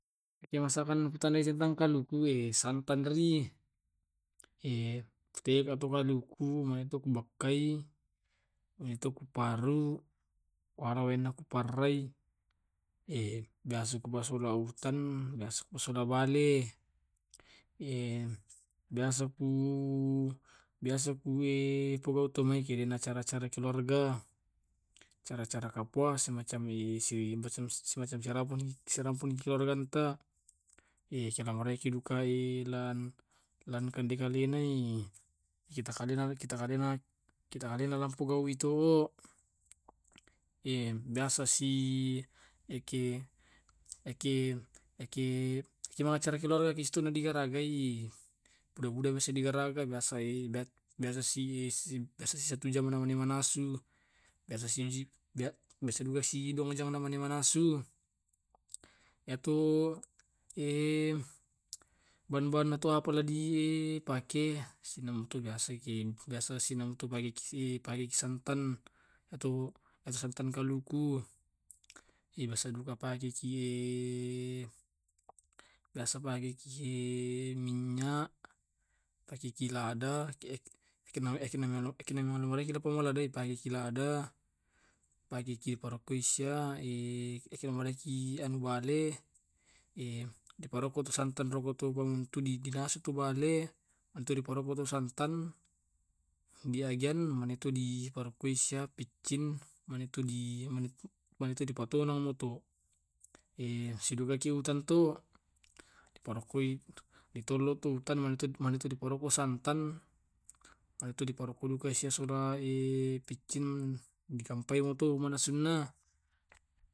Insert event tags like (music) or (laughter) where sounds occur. Eke masakang tentang kalukue santan gari. (hesitation) (hesitation) te po kaluku maitu ku bakkai e to ku paru, wala waena ku parrai e biasa ku basalauten biasa ku pasibawa bale. (hesitation) biasa kuu (hesitation) biasa ku (hesitation) pogau atu mai ke acara acara keluarga, (hesitation) acara acara kapuas semacam (hesitation) semacam semacam sira sirama siamani kekeluargaanta. (hesitation) (hesitation) Siramalaenki dukae lan lanken dikalenai kita kalena kita kalena kita kalena lampu gau i to. (hesitation) biasa sieke eke eke eke (hesitation) mangacara keluargaki situ na digaragai (noise) mudami di garagga biasai, bat biasai biasa satu jam dimanasu, biasa si ji bi biasa juga si duang jang simanasu. (hesitation) Yatu (hesitation) ban ban ato apa la di e pake, aga senna tu biasaki pake sinantu pakeki santan ato ato santan kaluku. (hesitation) biasa duka pagi ki e (hesitation) biasa pake ki (hesitation) (hesitation) pakeki minyak, pakeki lada (hesitation) (unintelligible) eki namula mulaiki pamulai doe eki lada pakeki borokoisya (hesitation) (unintelligible) anu bale. (hesitation) Ekinamulaiki anu wale (hesitation) e di parako santan roko entu dikasiki ri bale entu ri paropoki santan diagen manintu rakuisyan piccin. (noise) Manintu manintu di patonang mato (hesitation) e sidugaki atuntan tu parokkoi di tollo, manuntu riparokoi santan (hesitation) manintu roparokoi (hesitation) piccin dikampae mani tu nasunna. (noise)